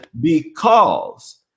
because-